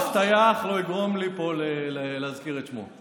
אף טייח לא יגרום לי פה להזכיר את שמו.